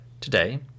Today